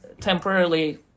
temporarily